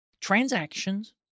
transactions